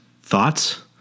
Thoughts